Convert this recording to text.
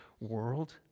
world